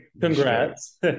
congrats